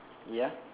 ya